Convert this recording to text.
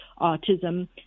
autism